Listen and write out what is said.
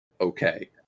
Okay